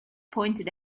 pointed